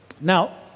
Now